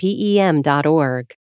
pem.org